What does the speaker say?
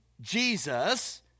Jesus